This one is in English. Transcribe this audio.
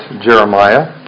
Jeremiah